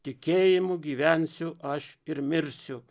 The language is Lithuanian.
tikėjimu gyvensiu aš ir mirsiu